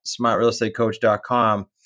smartrealestatecoach.com